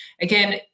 Again